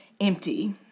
empty